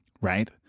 right